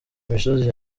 imisozi